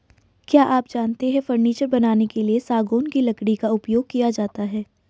क्या आप जानते है फर्नीचर बनाने के लिए सागौन की लकड़ी का उपयोग किया जाता है